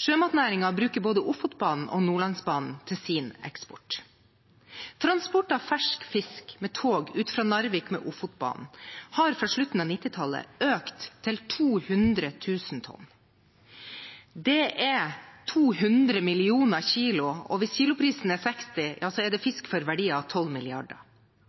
Sjømatnæringen bruker både Ofotbanen og Nordlandsbanen til sin eksport. Transport av fersk fisk med tog fra Narvik med Ofotbanen har fra slutten av 1990-tallet økt til 200 000 tonn. Det er 200 millioner kilo, og hvis kiloprisen er 60 kr, ja så er det